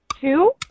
two